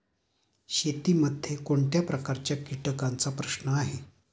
शेतीमध्ये कोणत्या प्रकारच्या कीटकांचा प्रश्न आहे?